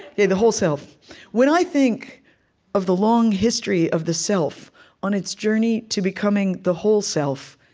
the the whole self when i think of the long history of the self on its journey to becoming the whole self,